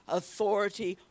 authority